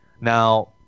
now